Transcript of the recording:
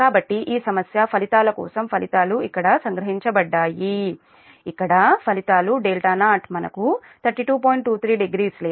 కాబట్టి ఈ సమస్య ఫలితాల కోసం ఫలితాలు ఇక్కడ సంగ్రహించబడ్డాయి ఇక్కడ ఫలితాలు δ0 మనకు 32